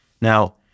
Now